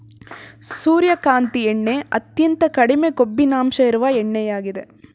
ಸೂರ್ಯಕಾಂತಿ ಎಣ್ಣೆ ಅತ್ಯಂತ ಕಡಿಮೆ ಕೊಬ್ಬಿನಂಶ ಇರುವ ಎಣ್ಣೆಯಾಗಿದೆ